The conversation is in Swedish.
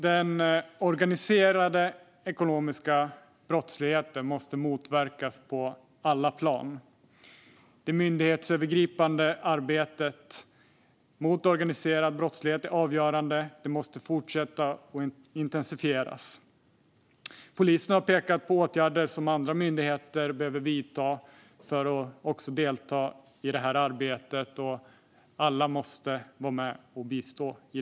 Den organiserade ekonomiska brottsligheten måste motverkas på alla plan. Det myndighetsövergripande arbetet mot organiserad brottslighet är avgörande. Det måste fortsätta och intensifieras. Polisen har pekat på åtgärder som andra myndigheter behöver vidta för att delta i det här arbetet. Alla måste vara med och bistå.